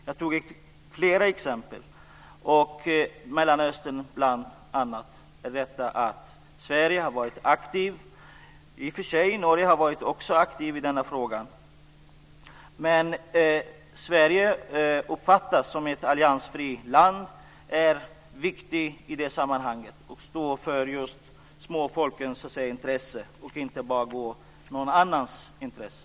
Jag tog upp flera exempel, bl.a. Mellanöstern, där Sverige har varit aktivt. I och för sig har också Norge varit aktivt i denna fråga. Men Sverige uppfattas som ett alliansfritt land, som att vi står för just de små folkens intressen och som att vi inte bara går någon annans ärenden.